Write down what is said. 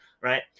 right